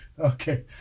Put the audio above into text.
okay